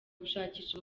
gushakisha